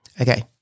Okay